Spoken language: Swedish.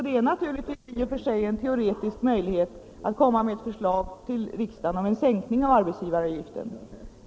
Det är naturligtvis i och för sig teoretiskt möjligt att i en sådan situation föreslå riksdagen en sänkning av arbetsgivaravgiften.